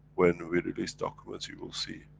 when we release documents you will see.